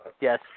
Yes